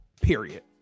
period